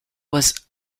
was